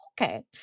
okay